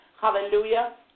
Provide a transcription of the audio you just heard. Hallelujah